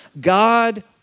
God